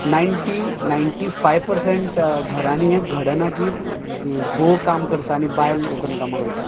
ninety ninety five percent घरांनी हें घडना की घोव काम करता आनी बायल उठून कामांक वयता